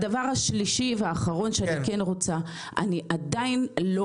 הדבר השלישי והאחרון שאני רוצה לומר אני עדיין לא